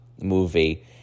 movie